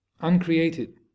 uncreated